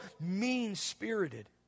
mean-spirited